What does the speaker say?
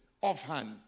offhand